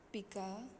पिकां